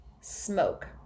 smoke